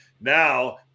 now